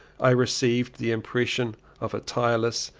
i received the impression of a tireless,